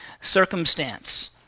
circumstance